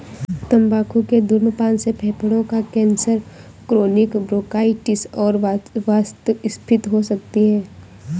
तंबाकू के धूम्रपान से फेफड़ों का कैंसर, क्रोनिक ब्रोंकाइटिस और वातस्फीति हो सकती है